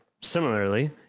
Similarly